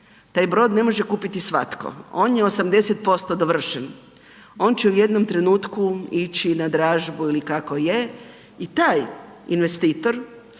Taj brod ne može kupiti svatko. On je 80% dovršen, on će u jednom trenutku ići na dražbu ili kako je i taj investitor